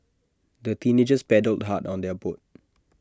the teenagers paddled hard on their boat